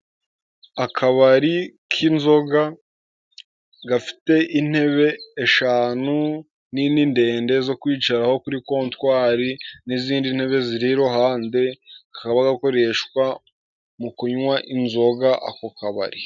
Akabari k'inzoga gafite intebe eshanu nini ndende zo kwicaraho kuri kontwari n'izindi ntebe ziri iruhande, kakaba gakoreshwa mu kunywa inzoga ako kabari.